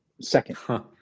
second